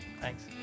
Thanks